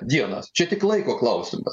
dienas čia tik laiko klausimas